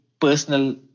personal